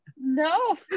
No